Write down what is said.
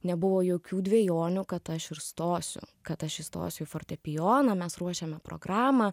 nebuvo jokių dvejonių kad aš ir stosiu kad aš įstosiu į fortepijoną mes ruošiame programą